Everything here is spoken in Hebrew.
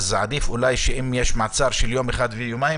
עדיף אולי שאם יש מעצר של יום אחד או יומיים,